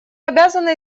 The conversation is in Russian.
обязаны